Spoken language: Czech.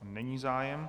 Není zájem.